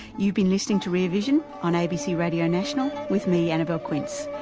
you've been listening to rear vision on abc radio national with me, annabelle quince.